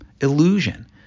Illusion